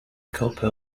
copy